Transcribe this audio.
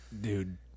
dude